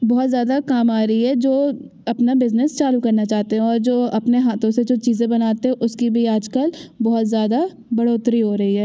बहुत ज़्यादा काम आ रही है जो अपना बिज़नेस चालू करना चाहते हो और जो अपने हाथों से जो चीज़ें बनाते हो उसकी भी आज कल बहुत ज़्यादा बढ़ोतरी हो रही है